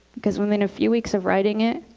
because within a few weeks of writing it,